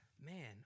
man